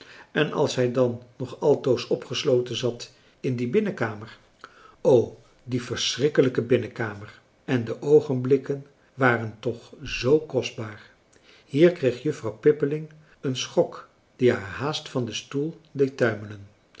en als hij dan nog altoos opgesloten zat in die binnenkamer o die verschrikkelijke binnenkamer en de oogenblikken waren toch zoo kostbaar hier kreeg juffrouw pippeling een schok die haar haast van den stoel deed tuimelen